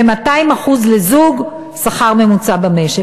ולזוג 200% השכר הממוצע במשק.